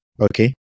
Okay